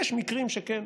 יש מקרים שכן,